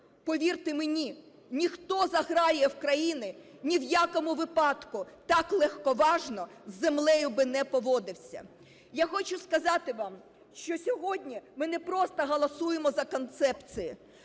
повірте мені, ніхто з аграріїв країни ні в якому випадку так легковажно із землею би не поводився. Я хочу сказати вам, що сьогодні ми не просто голосуємо за концепції,